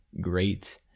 great